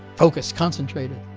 focused, concentrated.